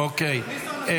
אוקיי.